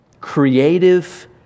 creative